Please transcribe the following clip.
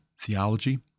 theology